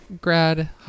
grad